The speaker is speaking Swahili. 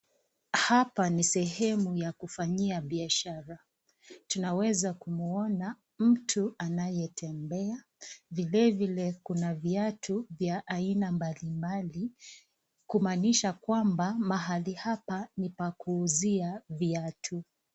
Hapa ni sehemu ya kufanyia biashara tunaweza kumuona mtu anayetembea vile vile kuna viatu vya aina mbali mbali kumaanisha kwamba mahali hapa ni pa kuuzia viatu.